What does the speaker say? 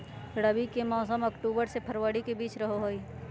रबी के मौसम अक्टूबर से फरवरी के बीच रहो हइ